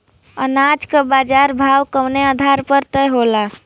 अनाज क बाजार भाव कवने आधार पर तय होला?